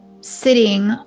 sitting